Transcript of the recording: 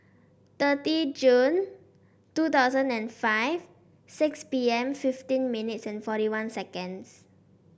thirty June two thousand and five six P M fifteen minutes forty one seconds